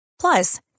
Plus